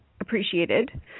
appreciated